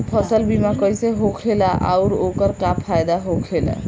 फसल बीमा कइसे होखेला आऊर ओकर का फाइदा होखेला?